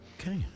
Okay